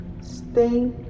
Stay